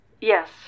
Yes